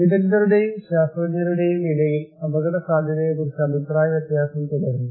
വിദഗ്ധരുടെയും ശാസ്ത്രജ്ഞരുടെയും ഇടയിൽ അപകടസാധ്യതയെക്കുറിച്ച് അഭിപ്രായവ്യത്യാസം തുടരുന്നു